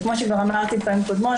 וכמו שכבר אמרתי בפעמים קודמות,